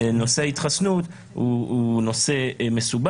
נושא ההתחסנות הוא מסובך,